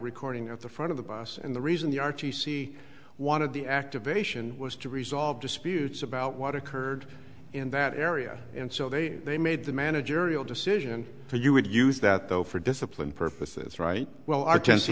recording at the front of the bus and the reason the r t c wanted the activation was to resolve disputes about what occurred in that area and so they they made the managerial decision for you would use that though for discipline purposes right well our ten